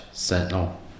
Sentinel